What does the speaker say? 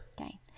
Okay